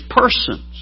persons